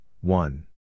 one